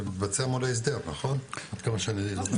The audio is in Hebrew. זה מתבצע מול ההסדר נכון עד כמה שאני זוכר?